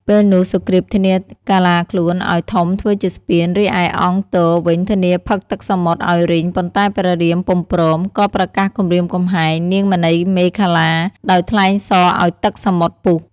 ពេលនោះសុគ្រីពធានាកាឡាខ្លួនឱ្យធំធ្វើជាស្ពាន រីឯអង្គទ វិញធានាផឹកទឹកសមុទ្រឱ្យរីង ប៉ុន្តែ ព្រះរាមពុំព្រម ក៏ប្រកាសគំរាមកំហែងនាងមណីមេខល្លា ដោយថ្លែងសរឱ្យទឹកសមុទ្រពុះ។